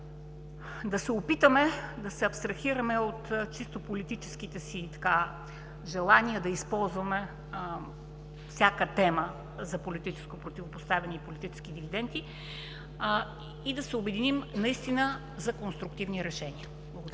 да се опитаме да се абстрахираме от чисто политическите си желания да използваме всяка тема за политическо противопоставяне и политически дивиденти, и да се обединим за конструктивни решения. Благодаря.